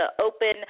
open